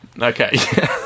Okay